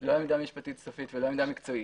לא עמדה משפטית סופית ולא עמדה מקצועית.